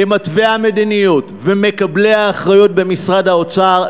כמתווי המדיניות ומקבלי האחריות במשרד האוצר,